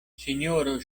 sinjoro